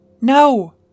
No